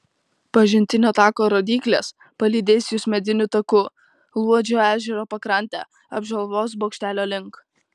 pažintinio tako rodyklės palydės jus mediniu taku luodžio ežero pakrante apžvalgos bokštelio link